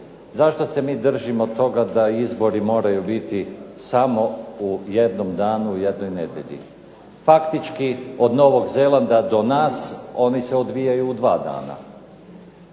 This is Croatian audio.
zašto se mi držimo toga da izbori mogu biti samo u jednom danu u jednoj nedjelji. Faktički od Novog Zelanda do nas oni se odvijaju u dva dana.